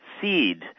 seed